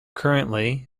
currently